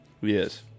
Yes